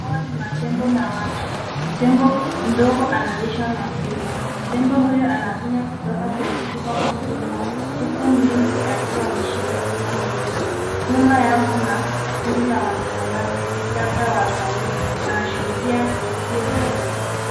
Hawa ni matembo na watu. Tembo mdogo analishwa maziwa. Tembo huyu anakunywa kutoka kwenye chupa kubwa huku mlinzi akiwa ameshika chupa nyingine. Nyuma yao kuna kundi la watazamaji , labda watalii wanashuhudia tukio hilo.